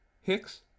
Hicks